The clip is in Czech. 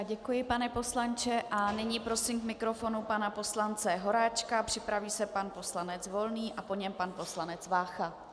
Děkuji, pane poslanče, a nyní prosím k mikrofonu pana poslance Horáčka, připraví se pan poslanec Volný a po něm pan poslanec Vácha.